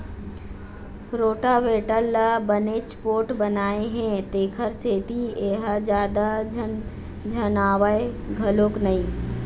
rotavator ल बनेच पोठ बनाए हे तेखर सेती ए ह जादा झनझनावय घलोक नई